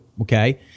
okay